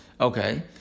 Okay